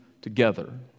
together